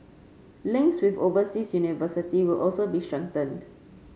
links with overseas universities will also be strengthened